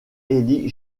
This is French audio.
élie